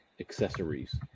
accessories